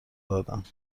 دادند